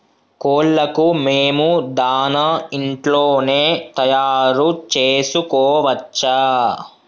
కోళ్లకు మేము దాణా ఇంట్లోనే తయారు చేసుకోవచ్చా?